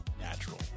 natural